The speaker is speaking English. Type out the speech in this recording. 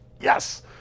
Yes